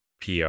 PR